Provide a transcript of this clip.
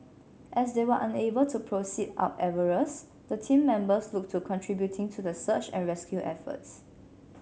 as they were unable to proceed up Everest the team members looked to contributing to the search and rescue efforts